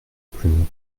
plume